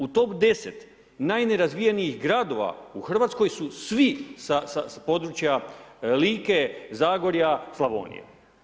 U top 10 najnerazvijenijih gradova u Hrvatskoj su svi sa područja Like, Zagorja Slavonije.